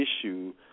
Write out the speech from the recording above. issue